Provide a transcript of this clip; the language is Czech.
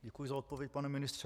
Děkuji za odpověď, pane ministře.